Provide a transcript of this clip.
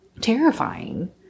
terrifying